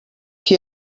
qui